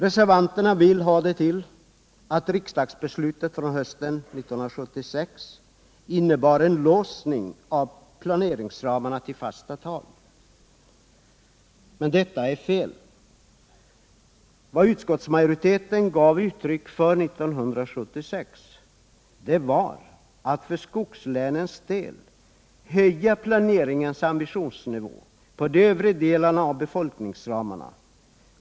Reservanterna vill ha det till att riksdagsbeslutet hösten 1976 innebar en låsning av planeringsramarna till fasta tal. Men detta är fel. Vad utskottsmajoriteten gav uttryck för 1976 var en vilja att för skogslänens del höja planeringens ambitionsnivå på de övre delarna av befolkningsramarna.